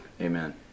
Amen